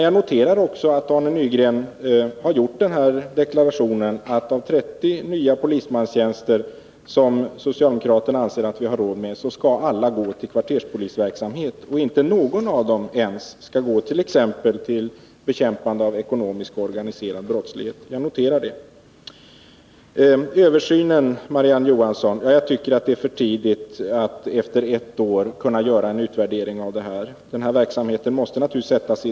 Jag noterar också att Arne Nygren har deklarerat att alla de 30 nya polismanstjänster som socialdemokraterna anser att vi har råd med skall gå till kvarterspolisverksamhet och att inte någon av dem skall gå till exempelvis bekämpandet av ekonomisk och organiserad brottslighet. Jag tycker det är för tidigt, Marie-Ann Johansson, att efter ett år göra en utvärdering av de nya formerna för säkerhetspolisens verksamhet.